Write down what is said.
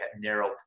narrow